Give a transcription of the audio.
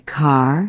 car